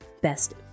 best